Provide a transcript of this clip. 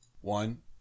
One